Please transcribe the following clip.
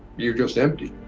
you're just empty.